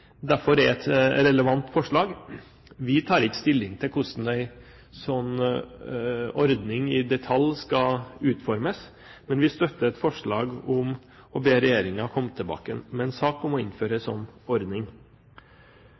derfor er et relevant forslag. Vi tar ikke stilling til hvordan en sånn ordning i detalj skal utformes, men vi støtter et forslag der man ber regjeringen komme tilbake med en sak om å innføre en sånn ordning.